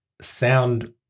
sound